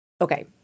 Okay